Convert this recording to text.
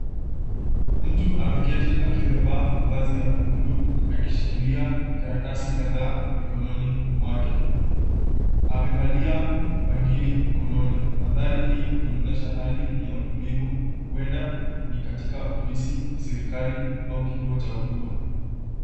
Mtu ameketi akiwa amevaa mavazi ya buluu akishikilia karatasi kadhaa mikononi mwake. Amevalia bangili mkononi. Mandhari hii inaonyesha hali ya utulivu huenda ni katika ofisi ya serikali au kituo cha huduma.